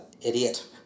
idiot